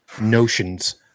notions